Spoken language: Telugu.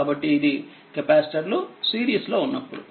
కాబట్టి ఇది కెపాసిటర్లు సిరీస్ లో ఉన్నప్పుడు